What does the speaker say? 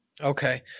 Okay